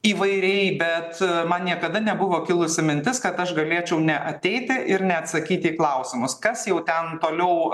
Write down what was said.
įvairiai bet man niekada nebuvo kilusi mintis kad aš galėčiau neateiti ir neatsakyt į klausimus kas jau ten toliau